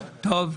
טוב.